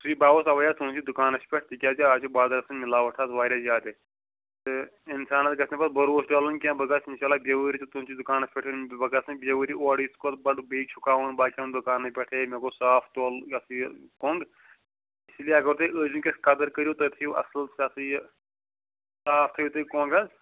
سُے بہٕ آوُس تَوَے حظ تُہٕنٛدِس دُکانَس پٮ۪ٹھ تِکیٛازِ اَز چھُ بازرَس منٛز مِلاوَٹھ حظ واریاہ زیادٕ تہٕ اِنسانَس گژھِ نہٕ پَتہٕ بروسہٕ ڈلُن کیٚنٛہہ بہٕ گژھٕ اِنشاء اللہ بیٚیہِ ؤری تہِ تُہٕنٛدِس دُکانَس پٮ۪ٹھ یُن بہٕ گژھٕ نہٕ بیٚیہِ ؤری اورٕ یِتھ کھۄتہٕ بدٕ بیٚیہِ چُکاوُن باقِین دُکان پٮ۪ٹھ ہَے مےٚ گوٚژھ صاف تۅل یا سا یہِ کۄنٛگ اسی لیے اگر تُہۍ أزۍ وُنکٮ۪س قدٕر کٔرِو تُہۍ تھٲوِو اَصٕل یا سا یہِ صاف تھٲوِو تُہۍ کۄنٛگ حظ